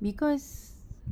because